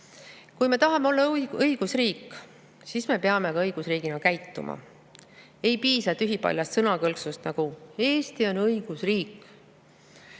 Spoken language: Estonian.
Kui me tahame olla õigusriik, siis me peame ka õigusriigina käituma. Ei piisa tühipaljast sõnakõlksust "Eesti on õigusriik",